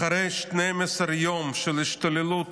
אחרי 12 יום של השתוללות